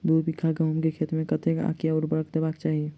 दु बीघा गहूम केँ खेत मे कतेक आ केँ उर्वरक देबाक चाहि?